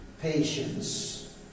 Patience